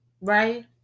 Right